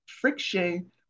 friction